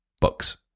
books